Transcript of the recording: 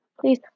please